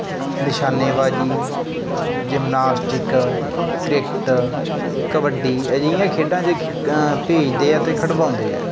ਨਿਸ਼ਾਨੇਬਾਜ਼ੀ gymnastic cricket kabaddi ਅਜਿਹੀਆਂ ਖੇਡਾਂ 'ਚ ਭੇਜਦੇ ਹੈ ਅਤੇ ਖਿਡਵਾਉਂਦੇ ਹੈ